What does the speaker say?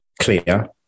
clear